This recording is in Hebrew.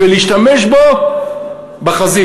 ולהשתמש בו בחזית.